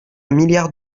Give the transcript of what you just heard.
milliards